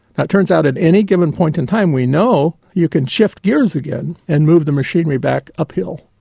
and it turns out at any given point in time we know you can shift gears again and move the machinery back uphill.